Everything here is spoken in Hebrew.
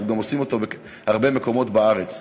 אנחנו גם עושים אותו בהרבה מקומות בארץ.